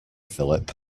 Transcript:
philip